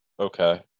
Okay